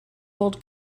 old